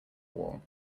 wall